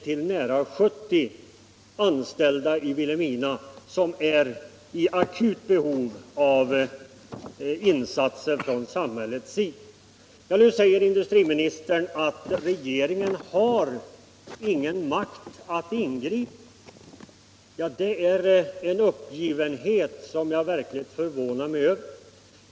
Det är nära 70 anställda i Vilhelmina som är i akut behov av insatser från samhällets sida. Nu säger industriministern att regeringen har ingen makt att ingripa. Det är en uppgivenhet som verkligen förvånar mig.